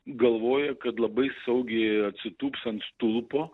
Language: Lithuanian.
galvoja kad labai saugiai atsitūps ant stulpo